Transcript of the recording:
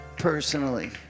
personally